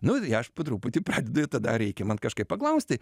nu ir aš po truputį pradedu ir tada reikia man kažkaip paklausti